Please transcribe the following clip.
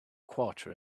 quarter